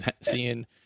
seeing